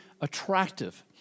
attractive